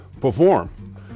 perform